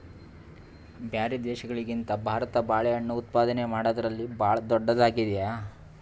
ಬ್ಯಾರೆ ದೇಶಗಳಿಗಿಂತ ಭಾರತ ಬಾಳೆಹಣ್ಣು ಉತ್ಪಾದನೆ ಮಾಡದ್ರಲ್ಲಿ ಭಾಳ್ ಧೊಡ್ಡದಾಗ್ಯಾದ